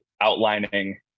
outlining